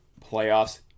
playoffs